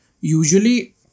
usually